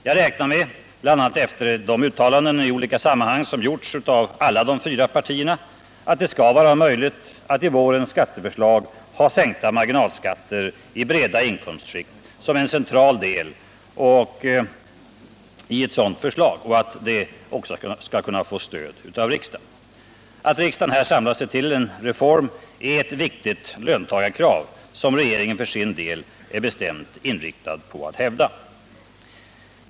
Jag räknar med, bl.a. efter de uttalanden i olika sammanhang som gjorts av alla de fyra partierna, att det skall vara möjligt att ha sänkta marginalskatter i breda inkomstskikt som en central del i vårens skatteförslag, och att det också skall kunna få stöd av riksdagen. Att riksdagen här samlas till en reform är ett viktigt löntagarkrav som regeringen för sin del är bestämt inriktad på att hävda.